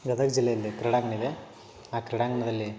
ಗದಗ ಜಿಲ್ಲೆಯಲ್ಲಿ ಕ್ರೀಡಾಂಗ್ಣ ಇದೆ ಆ ಕ್ರೀಡಾಂಗ್ಣದಲ್ಲಿ